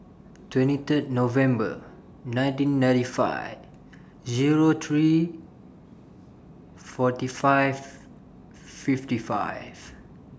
twenty Third November nineteen ninety five Zero three forty five fifty five